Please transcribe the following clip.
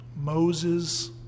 Moses